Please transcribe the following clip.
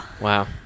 wow